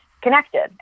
connected